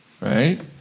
right